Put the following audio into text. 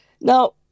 Now